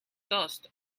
dust